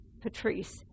Patrice